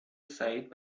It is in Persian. سعید